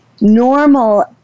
normal